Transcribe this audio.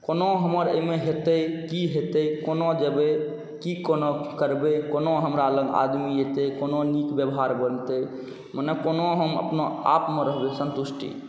कोना हमर एहिमे हेतै कि हेतै कोना जेबै कि कोना करबै कोना हमरालग आदमी अएतै कोना नीक बेवहार बनतै मने कोना हम अपना आपमे रहबै सन्तुष्टि